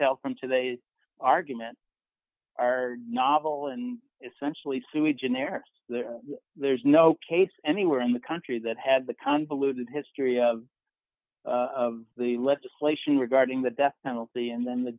telkom to they argument are novel and essentially sui generis there there's no case anywhere in the country that had the convoluted history of the legislation regarding the death penalty and then the